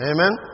Amen